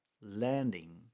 landing